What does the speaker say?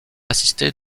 assisté